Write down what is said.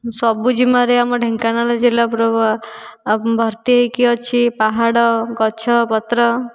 ସବୁଜିମାରେ ଆମ ଢେଙ୍କାନାଳ ଜିଲ୍ଲା ପୂରା ଭର୍ତ୍ତି ହୋଇକି ଅଛି ପାହାଡ଼ ଗଛ ପତ୍ର